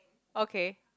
okay